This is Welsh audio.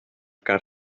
ger